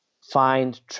find